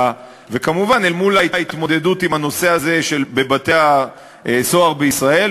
וכמובן אל מול ההתמודדות עם הנושא הזה בבתי-סוהר בישראל,